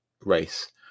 race